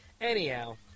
Anyhow